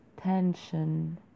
tension